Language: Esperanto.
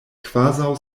kvazaŭ